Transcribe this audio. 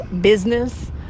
business